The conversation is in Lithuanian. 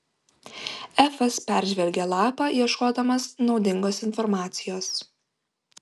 efas peržvelgė lapą ieškodamas naudingos informacijos